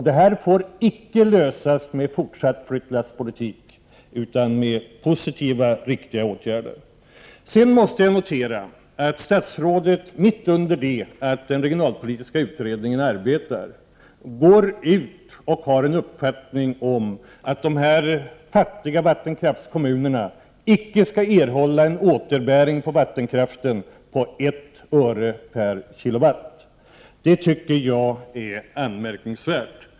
Detta får icke lösas med fortsatt flyttlasspolitik, utan det skall lösas med positiva, riktiga åtgärder. Jag måste notera att statsrådet, mitt under det att den regionalpolitiska utredningen arbetar, går ut med en uppfattning om att de fattiga vattenkraftskommunerna icke skall erhålla en återbäring på 1 öre/kWh. Det är anmärkningsvärt.